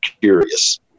curious